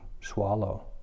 swallow